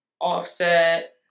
Offset